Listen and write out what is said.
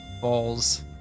balls